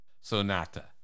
Sonata